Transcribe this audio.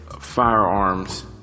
firearms